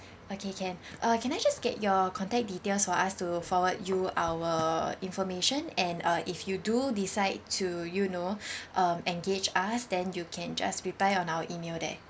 okay can uh can I just get your contact details for us to forward you our information and uh if you do decide to you know um engage us then you can just reply on our email there